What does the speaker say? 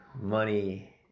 money